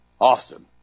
Austin